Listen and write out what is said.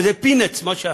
וזה peanuts,